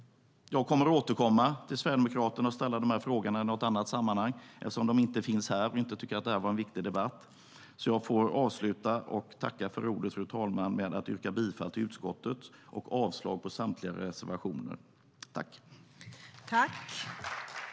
Jag kommer att återkomma till Sverigedemokraterna och ställa dessa frågor i något annat sammanhang, eftersom de inte finns här och inte tyckte att detta var en viktig debatt.